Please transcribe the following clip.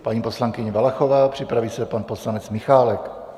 Paní poslankyně Valachová, připraví se pan poslanec Michálek.